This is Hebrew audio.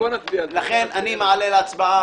לכן אני מעלה להצבעה.